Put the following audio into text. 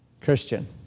Christian